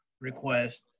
request